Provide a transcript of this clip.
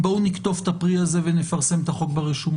בואו נקטוף את הפרי הזה ונפרסם את החוק ברשומות.